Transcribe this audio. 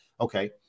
Okay